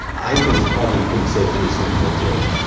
i think it's probably pretty safe to assume they did.